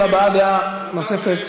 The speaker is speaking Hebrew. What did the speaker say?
הבעת דעה נוספת,